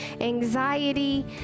anxiety